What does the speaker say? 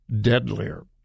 deadlier